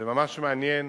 זה ממש מעניין